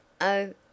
Oh